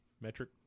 metric